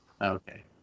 Okay